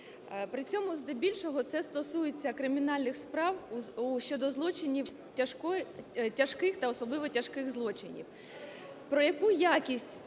При цьому здебільшого це стосується кримінальних справ щодо злочинів тяжкої... тяжких та особливо тяжких злочинів.